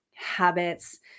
habits